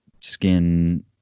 skin